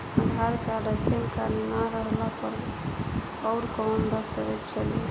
आधार card आ PAN card ना रहला पर अउरकवन दस्तावेज चली?